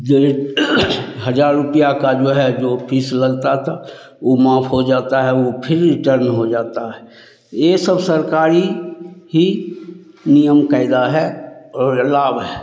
दो हजार रूपिया का जो है जो फीस लगता था ऊ माफ हो जाता है ऊ फिर रिटर्न हो जाता है ये सब सरकारी ही नियम कायदा है और लाभ है